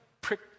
prick